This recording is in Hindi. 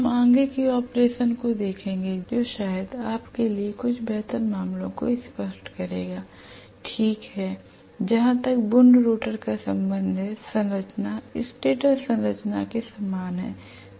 हम आगे के ऑपरेशन को देखेंगे जो शायद आपके लिए कुछ बेहतर मामलों को स्पष्ट करेगा l ठीक है जहां तक वून्ड रोटर का संबंध है संरचना स्टेटर संरचना के समान है